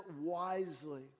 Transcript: wisely